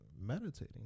Meditating